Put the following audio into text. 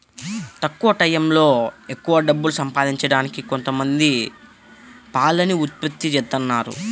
తక్కువ టైయ్యంలో ఎక్కవ డబ్బులు సంపాదించడానికి కొంతమంది పాలని ఉత్పత్తి జేత్తన్నారు